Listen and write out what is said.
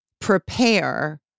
prepare